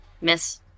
miss